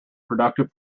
productive